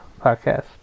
podcast